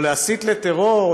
או להסית לטרור,